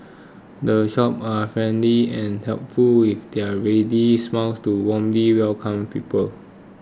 the shop are friendly and helpful with their ready smiles to warmly welcome people